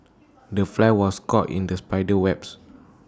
the fly was caught in the spider's webs